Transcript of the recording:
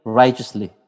righteously